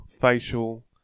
facial